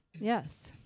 Yes